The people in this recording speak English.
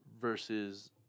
versus